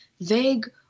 vague